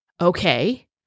okay